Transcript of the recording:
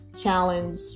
challenge